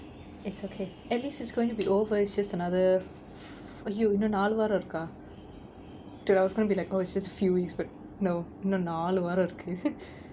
it's okay at least it's going to be over it's just another !aiyo! இன்னும் நாலு வாரம் இருக்கா:innum naalu vaaram irukkaa dude I was gonna be like it's just few weeks but no இன்னும் நாலு வாரம் இருக்கு:innum naalu vaaram irukku